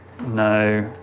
No